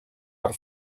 per